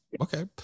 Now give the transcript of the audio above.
okay